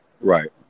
Right